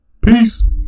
Peace